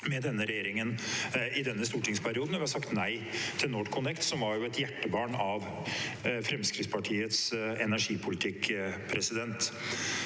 med denne regjeringen i denne stortingsperioden. Vi har sagt nei til NorthConnect, som jo var et hjertebarn av Fremskrittspartiets energipolitikk. Så er det